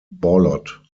ballot